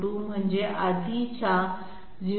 02 म्हणजे आधीच्या 0